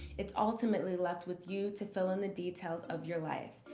it's ultimately left with you to fill in the details of your life.